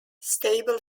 stable